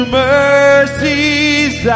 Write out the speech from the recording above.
mercies